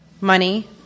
money